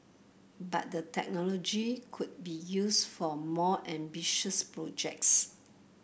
but the technology could be used for more ambitious projects